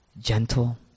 gentle